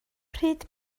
pryd